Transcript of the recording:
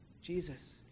Jesus